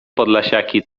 podlasiaki